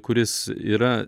kuris yra